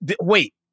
Wait